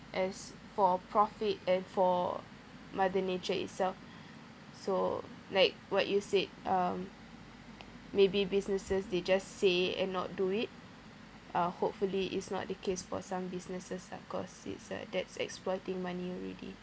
as for profit and for mother nature itself so like what you said um maybe businesses they just say and not do it uh hopefully it's not the case for some businesses lah cause it's like that's exploiting money already